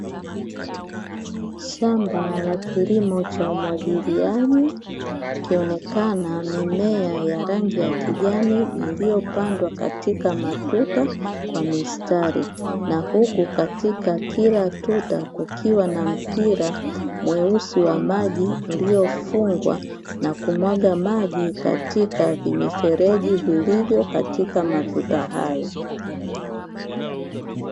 Shamba la kilimo cha umwagiliaji ikionekana mimea rangi ya kijani iliyopandwa katika matuta kwa misTari, na huku katika kila tuta kukiwa na mpira mweusi wa maji uliofungwa na kumwaga maji katika vimifereji vilivyo katika matuta hayo.